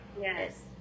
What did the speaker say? Yes